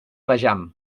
vejam